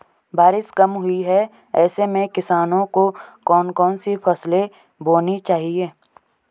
बारिश कम हुई है ऐसे में किसानों को कौन कौन सी फसलें बोनी चाहिए?